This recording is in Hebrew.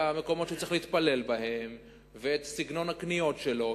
והמקומות שהוא צריך להתפלל בהם וסגנון הקניות שלו,